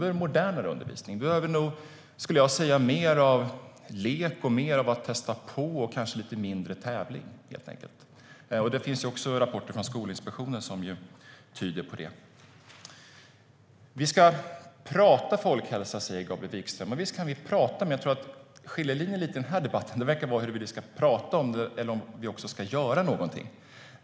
Vi behöver modernare undervisning och, skulle jag säga, mer av lek och att testa på - kanske lite mindre tävling, helt enkelt. Det finns även rapporter från Skolinspektionen som tyder på det. Vi ska prata folkhälsa, säger Gabriel Wikström. Visst kan vi prata, men skiljelinjen i den här debatten verkar vara huruvida vi ska prata om det eller göra någonting.